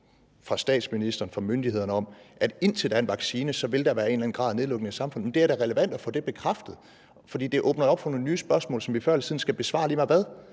fra statsministeren, fra myndighederne om, at indtil der er en vaccine, vil der være en eller anden grad af nedlukning af samfundet. Det er da relevant at få det bekræftet, fordi det åbner op for nogle nye spørgsmål, som vi før eller siden skal besvare lige meget hvad.